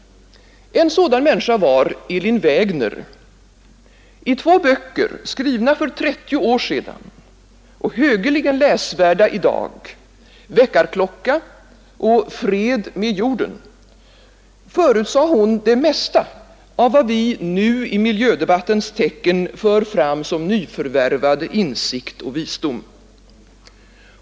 En sådan människa var Elin Wägner. I två böcker, skrivna för 30 år sedan och högeligen läsvärda i dag, Väckarklocka och Fred med jorden, förutsade hon det mesta av vad vi nu, i miljödebattens tecken, för fram som nyförvärvad insikt och visdom.